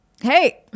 Hey